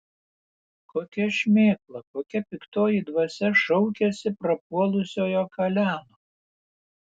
kokia šmėkla kokia piktoji dvasia šaukiasi prapuolusiojo kaleno